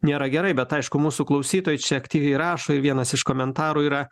nėra gerai bet aišku mūsų klausytojai čia aktyviai rašo ir vienas iš komentarų yra